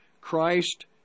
Christ